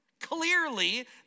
Clearly